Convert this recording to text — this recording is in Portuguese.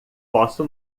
posso